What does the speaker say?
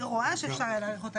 אני רואה שאפשר היה להאריך אותה